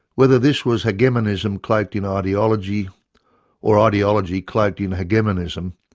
whether this was hegemonism cloaked in ah ideology or ideology cloaked in hegemonism,